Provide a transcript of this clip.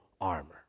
armor